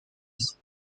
ist